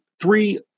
Three